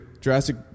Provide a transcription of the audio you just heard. jurassic